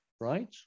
right